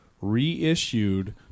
reissued